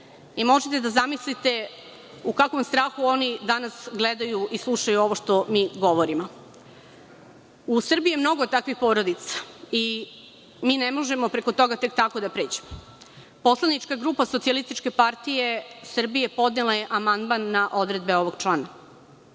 Možete da zamislite u kakvom strahu oni danas gledaju i slušaju ovo što mi govorimo.U Srbiji je mnogo takvih porodica i ne možemo preko toga tek tako da pređemo. Poslanička grupa SPS podnela je amandman na odredbe ovog člana.